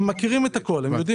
הם מכירים את הכל, הם יודעים.